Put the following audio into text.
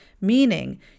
meaning